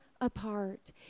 apart